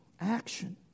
Action